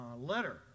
letter